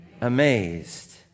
Amazed